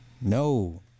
No